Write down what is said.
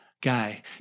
guy